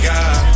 God